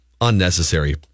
unnecessary